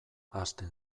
hasten